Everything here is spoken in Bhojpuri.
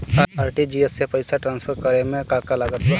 आर.टी.जी.एस से पईसा तराँसफर करे मे का का लागत बा?